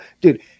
dude